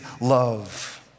love